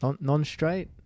non-straight